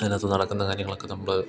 അതിനകത്ത് നടക്കുന്ന കാര്യങ്ങളൊക്കെ നമ്മൾ